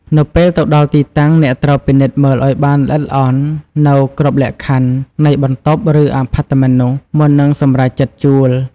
នៅពេលទៅដល់ទីតាំង អ្នកត្រូវពិនិត្យមើលឱ្យបានល្អិតល្អន់នូវគ្រប់លក្ខខណ្ឌនៃបន្ទប់ ឬអាផាតមិននោះ មុននឹងសម្រេចចិត្តជួល។